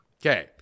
Okay